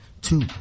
two